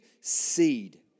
seed